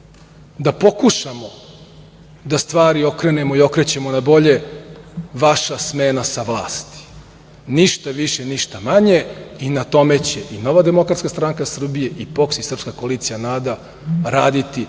da pokušamo da stvari okrenemo i okrećemo na bolje - vaša smena sa vlasti. Ništa više, ništa manje i na tome će i Nova DSS i POKS i Srpska koalicija NADA raditi